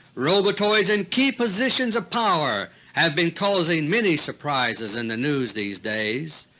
robotoids in key positions of power have been causing many surprises in the news these days.